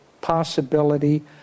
possibility